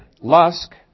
Lusk